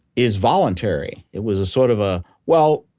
is voluntary. it was a sort of a. well,